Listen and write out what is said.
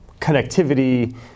connectivity